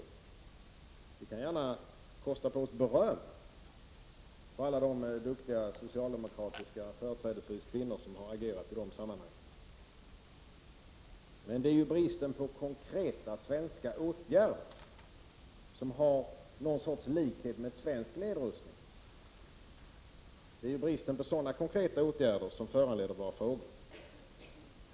Vi kan gärna kosta på oss beröm för alla de duktiga socialdemokrater, företrädesvis kvinnor, som har agerat i de sammanhangen, men det är bristen på konkreta svenska åtgärder som har någon sorts likhet med svensk nedrustning som föranleder våra frågor.